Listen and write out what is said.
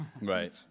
Right